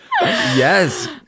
Yes